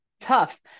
tough